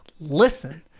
listen